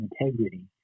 integrity